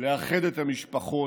ולאחד את המשפחות,